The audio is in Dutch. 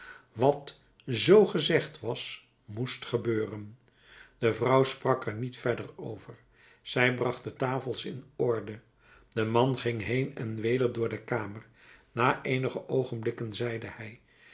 wat z gezegd was moest gebeuren de vrouw sprak er niet verder over zij bracht de tafels in orde de man ging heen en weder door de kamer na eenige oogenblikken zeide hij